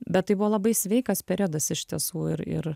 bet tai buvo labai sveikas periodas iš tiesų ir ir